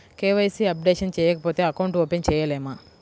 KYC updation చేయకపోతే account open చేయలేమా?